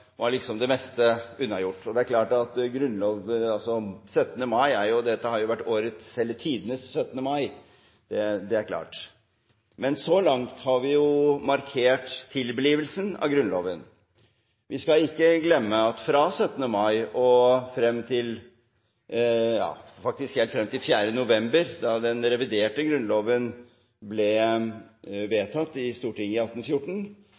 var det meste unnagjort. Dette har vært tidenes 17. mai, det er klart, men så langt har vi markert tilblivelsen av Grunnloven. Vi skal ikke glemme at fra 17. mai og frem til 4. november, da den reviderte Grunnloven ble vedtatt i Stortinget i 1814,